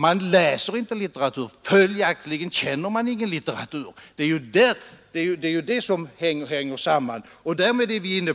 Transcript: De läser inte litteratur. Följaktligen känner de ingen litteratur. Det hänger samman. Därmed är vi onekligen inne